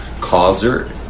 causer